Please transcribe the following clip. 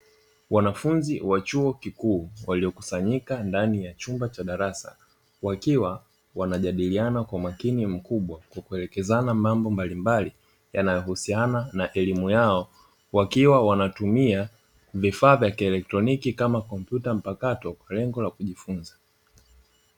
Wanafunzi wa chuo kikuu waliokusanyika ndani ya chumba cha darasa, wakiwa wanajadiliana kwa makini mkubwa kwa kuelekezana mambo mbalimbali, yanayohusiana na elimu yao wakiwa wanatumia vifaa vya kielektroniki, kama kompyuta mpakato kwa lengo la kujifunza.